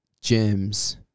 gems